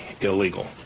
illegal